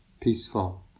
peaceful